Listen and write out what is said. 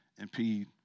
impede